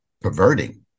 perverting